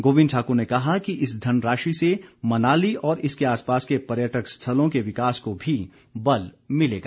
गोविंद ठाकुर ने कहा कि इस धन राशि से मनाली और इसके आसपास के पर्यटक स्थलों के विकास को भी बल मिलेगा